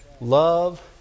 love